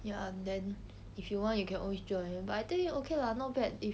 ya then if you want you can always join but I think okay lah not bad if